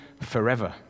forever